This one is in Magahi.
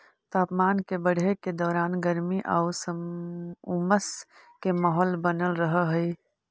तापमान के बढ़े के दौरान गर्मी आउ उमस के माहौल बनल रहऽ हइ